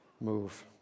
move